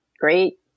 great